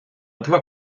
два